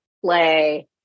play